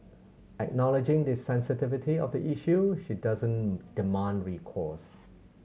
acknowledging the sensitivity of the issue she doesn't demand recourse